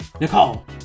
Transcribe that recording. Nicole